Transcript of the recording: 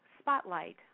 spotlight